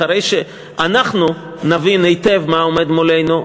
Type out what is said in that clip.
אחרי שאנחנו נבין היטב מה עומד מולנו,